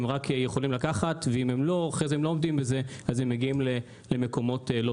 הם חוסמים ונותר סקטור שלם של סוכנים בחברה הערבית ללא מענה,